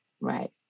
Right